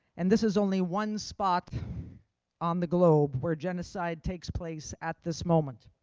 and this is only one spot on the globe where genocide takes place at this moment.